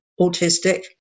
autistic